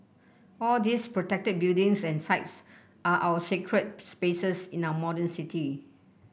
all these protected buildings and sites are our sacred spaces in our modern city